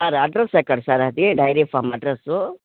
sir address ఎక్కడ sir అది dairy farm address